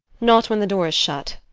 not when the door is shut.